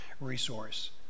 resource